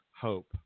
hope